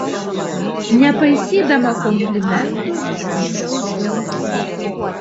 nepaisydama komplimentų tramdžiau džiaugsmą